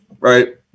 right